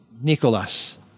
Nicholas